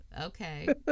okay